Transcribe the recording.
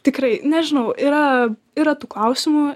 tikrai nežinau yra yra tų klausimų